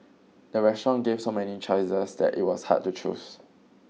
the restaurant gave so many choices that it was hard to choose